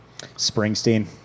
Springsteen